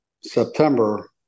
September